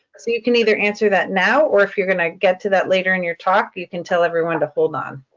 so you can either answer that now or if you're going to get to that later in your talk, you can tell everyone to hold on.